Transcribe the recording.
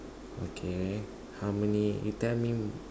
okay how many you tell me